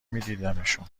میدیدمشون